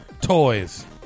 toys